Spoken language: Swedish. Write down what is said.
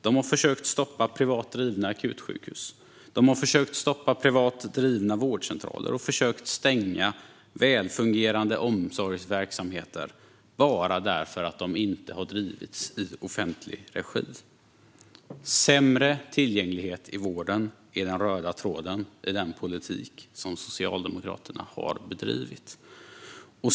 De har försökt stoppa privat drivna akutsjukhus, försökt stoppa privat drivna vårdcentraler och försökt stänga väl fungerande omsorgsverksamheter bara därför att de inte har drivits i offentlig regi. Sämre tillgänglighet i vården är den röda tråden i den politik som Socialdemokraterna bedrivit.